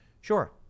Sure